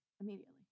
Immediately